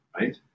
right